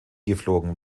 geflogen